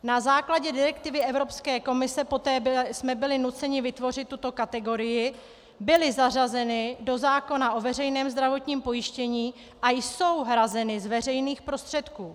Na základě direktivy Evropské komise, kdy jsme byli nuceni vytvořit tuto kategorii, byly zařazeny do zákona o veřejném zdravotním pojištění a jsou hrazeny z veřejných prostředků.